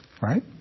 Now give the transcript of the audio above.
right